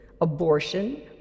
abortion